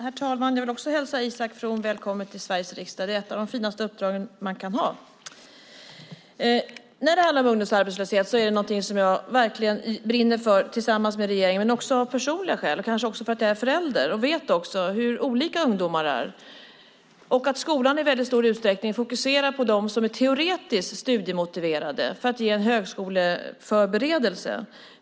Herr talman! Jag hälsar Isak From välkommen till Sveriges riksdag. Det är ett av de finaste uppdragen man kan ha. Tillsammans med regeringen brinner jag för ungdomsarbetslösheten men också av personliga skäl. Jag är förälder och vet hur olika ungdomar är. Skolan fokuserar i stor utsträckning på de teoretiskt studiemotiverade för att ge en högskoleförberedelse.